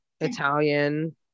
Italian